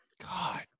God